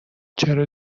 چرا